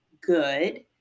good